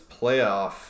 playoff